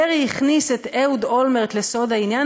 דרעי הכניס את אהוד אולמרט לסוד העניין